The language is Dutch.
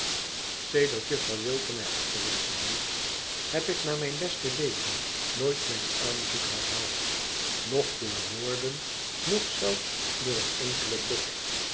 sedert juffrouw wilfer mij afgewezen heeft heb ik naar mijn beste weten nooit mijn aanzoek herhasdd noch door woorden noch zelfs door een enkelen blik